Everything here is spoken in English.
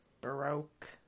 baroque